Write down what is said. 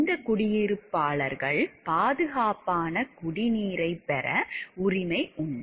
இந்த குடியிருப்பாளர்களுக்கு பாதுகாப்பான குடிநீரைப் பெற உரிமை உண்டு